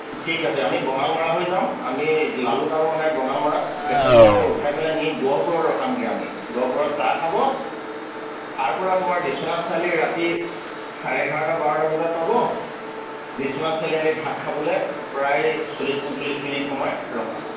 ঠিক আছে আমি বঙালমৰা হৈ যাম আমি লালুক আৰু মানে বঙালমৰাত পেছেঞ্জাৰ আছে উঠাই পেলাই নি গহপুৰত ৰখামগৈ আমি গহপুৰত চাহ খাব তাৰপৰা তোমাৰ বিশ্বনাথ চাৰিআলিত ৰাতি চাৰে এঘাৰটা বাৰটা বজাত পাব বিশ্বনাথ চাৰিআলিত আমি ভাত খাবলৈ প্ৰায় চল্লিছ পঞ্চলিছ মিনিট সময় ৰখাম